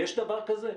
יש דבר כזה?